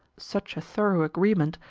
such a thorough agreement,